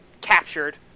captured